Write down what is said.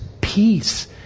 peace